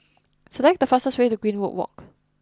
select the fastest way to Greenwood Walk